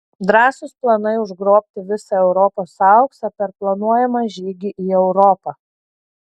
drąsūs planai užgrobti visą europos auksą per planuojamą žygį į europą